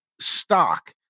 stock